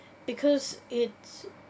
because it's